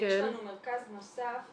יש לנו מרכז נוסף,